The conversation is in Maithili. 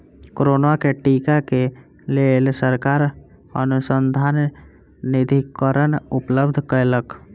कोरोना के टीका क लेल सरकार अनुसन्धान निधिकरण उपलब्ध कयलक